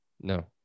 No